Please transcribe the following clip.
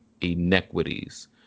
inequities